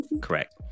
correct